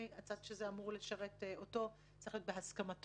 הצד שזה אמור לשרת אותו זה צריך להיות בהסכמתו,